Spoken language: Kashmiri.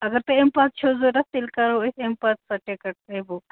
اگر تۄہہِ اَمہِ پَتہٕ چھو ضوٚرتھ تیٚلہِ کَرو أسۍ اَمہِ پَتہٕ سۄ ٹِکٹ تۄہہِ بُک